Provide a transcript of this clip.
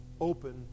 open